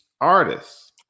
artists